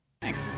Thanks